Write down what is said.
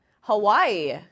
Hawaii